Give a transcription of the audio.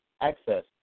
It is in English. access